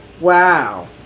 Wow